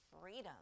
freedom